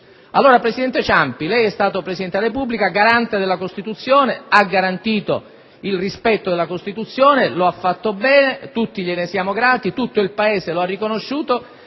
Allora, senatore Ciampi, lei è stato Presidente della Repubblica, garante della Costituzione, ha garantito il rispetto della Carta costituzionale e lo ha fatto bene: tutti gliene siamo grati e tutto il Paese lo ha riconosciuto.